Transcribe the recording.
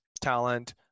talent